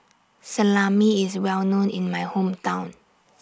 Salami IS Well known in My Hometown